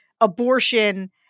abortion